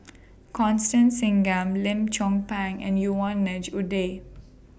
Constance Singam Lim Chong Pang and Yvonne Ng Uhde